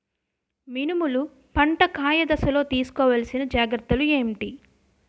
మినుములు పంట కాయ దశలో తిస్కోవాలసిన జాగ్రత్తలు ఏంటి?